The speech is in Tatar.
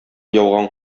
яуган